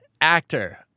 actor